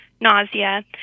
nausea